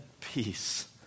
peace